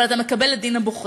אבל אתה מקבל את דין הבוחר,